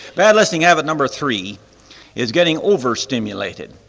bad listening habit number three is getting overstimulated,